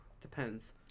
Depends